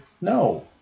no